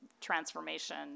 transformation